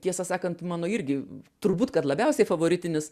tiesą sakant mano irgi turbūt kad labiausiai favoritinis